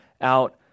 out